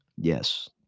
Yes